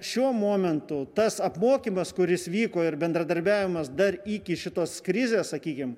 šiuo momentu tas apmokymas kuris vyko ir bendradarbiavimas dar iki šitos krizės sakykim